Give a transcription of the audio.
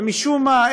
ומשום מה,